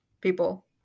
people